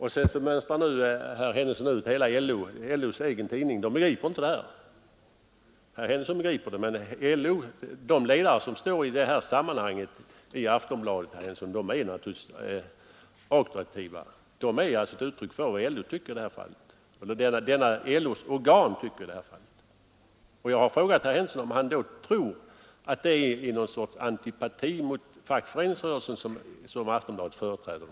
Sedan mönstrar herr Henningsson ut LO:s egen tidning — den begriper inte det här. Herr Henningsson begriper det men inte LO, inte LO:s tidning. De ledare i den här frågan som står i Aftonbladet, herr Henningsson, är naturligtvis auktoritativa — de är alltså ett uttryck för vad LO tycker eller rättare för vad detta LO:s organ tycker i detta fall. Och jag har frågat herr Henningsson om han tror att det är någon sorts antipati mot fackföreningsrörelsen som Aftonbladet företräder.